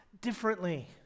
differently